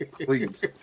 Please